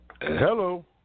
Hello